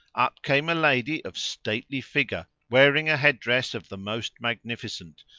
up came a lady of stately figure wearing a head-dress of the most magnificent,